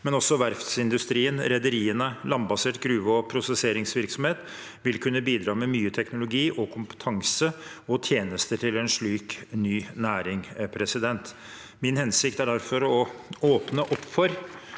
men også verftsindustrien, rederiene og landbasert gruve- og prosesseringsvirksomhet vil kunne bidra med mye teknologi, kompetanse og tjenester til en slik ny næring. Min hensikt er derfor å åpne opp for